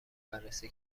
بررسی